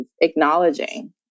acknowledging